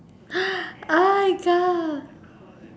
oh my god